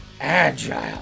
agile